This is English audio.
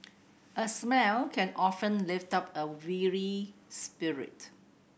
a smile can often lift up a weary spirit